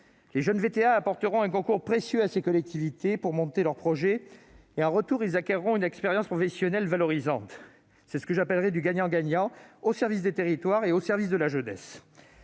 Les jeunes VTA apporteront un concours précieux à ces collectivités pour monter leur projet. En retour, ils acquerront une expérience professionnelle valorisante. C'est que j'appelle du gagnant-gagnant, au service des territoires et de la jeunesse.